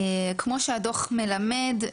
כמו שהדוח מלמד,